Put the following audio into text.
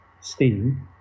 Steam